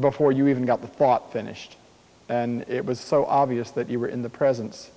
before you even got the thought thinnest and it was so obvious that you were in the presence